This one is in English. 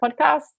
podcast